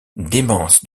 démence